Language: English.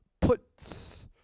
puts